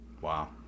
Wow